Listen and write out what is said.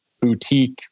boutique